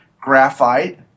graphite